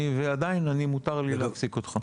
עדיין, מותר לי להפסיק אותך.